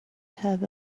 have